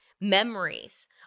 memories